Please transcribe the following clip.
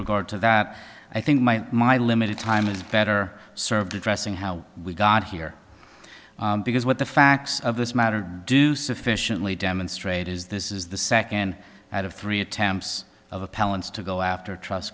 regard to that i think my my limited time is better served addressing how we got here because what the facts of this matter do sufficiently demonstrate is this is the second out of three attempts of appellants to go after